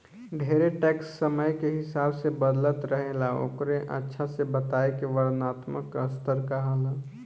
ढेरे टैक्स समय के हिसाब से बदलत रहेला ओकरे अच्छा से बताए के वर्णात्मक स्तर कहाला